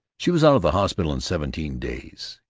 she was out of the hospital in seventeen days.